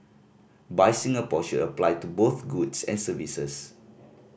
buy Singapore should apply to both goods and services